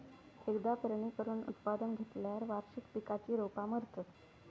एकदा पेरणी करून उत्पादन घेतल्यार वार्षिक पिकांची रोपा मरतत